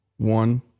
One